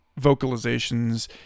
vocalizations